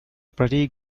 pretty